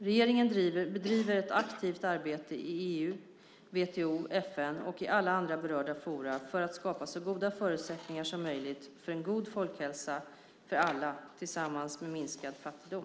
Regeringen bedriver ett aktivt arbete i EU, WTO, FN och i alla andra berörda forum för att skapa så goda förutsättningar som möjligt för en god folkhälsa för alla tillsammans med minskad fattigdom.